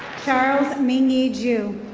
charles mingyi ju.